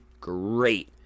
great